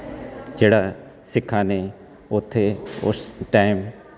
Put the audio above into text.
ਜਿਹੜਾ ਸਿੱਖਾਂ ਨੇ ਉੱਥੇ ਉਸ ਟਾਈਮ